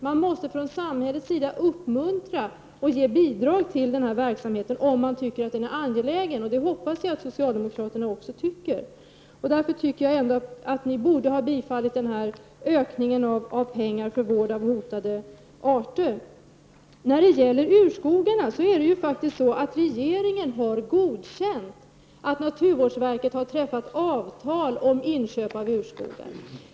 Man måste från samhällets sida uppmuntra och ge bidrag till verksamheten om man anser att den är angelägen, och det hoppas jag att också socialdemokraterna anser. Ni borde ha tillstyrkt en ökning av anslaget för vård av hotade arter. När det gäller urskogarna har regeringen godkänt att naturvårdsverket har träffat avtal om inköp av urskog.